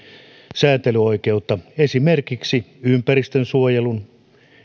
säätelyoikeutta esimerkiksi ympäristönsuojelun